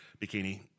bikini